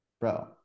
Bro